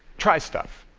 try stuff.